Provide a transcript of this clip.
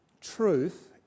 truth